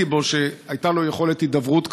ותמיד קינאתי בו על שהייתה לו יכולת הידברות כזאת.